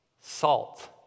salt